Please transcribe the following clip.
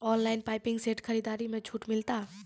Online pumping set खरीदारी मे छूट मिलता?